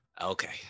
Okay